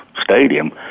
stadium